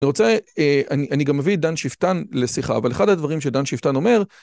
אני רוצה, אני גם מביא את דן שפטן לשיחה, אבל אחד הדברים שדן שפטן אומר